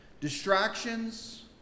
Distractions